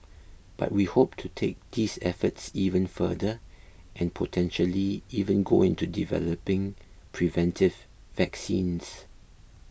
but we hope to take these efforts even further and potentially even go into developing preventive vaccines